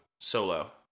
Solo